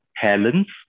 talents